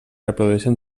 reprodueixen